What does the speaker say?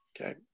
Okay